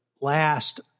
last